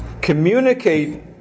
communicate